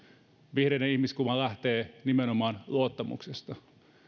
vihreiden ihmiskuva lähtee nimenomaan luottamuksesta